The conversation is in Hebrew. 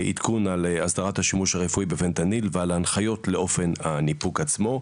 עדכון על הסדרת השימוש הרפואי בפנטניל ועל ההנחיות לאופן הניפוק עצמו.